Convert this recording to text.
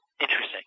Interesting